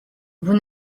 vous